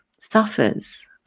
suffers